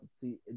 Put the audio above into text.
See